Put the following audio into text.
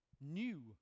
new